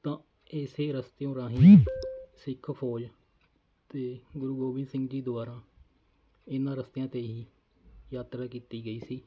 ਤਾਂ ਇਸ ਰਸਤਿਓ ਰਾਹੀਂ ਸਿੱਖ ਫੌਜ ਅਤੇ ਗੁਰੂ ਗੋਬਿੰਦ ਸਿੰਘ ਜੀ ਦੁਆਰਾ ਇਹਨਾਂ ਰਸਤਿਆਂ 'ਤੇ ਹੀ ਯਾਤਰਾ ਕੀਤੀ ਗਈ ਸੀ